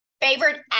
Favorite